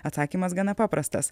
atsakymas gana paprastas